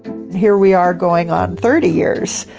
here we are going on thirty years,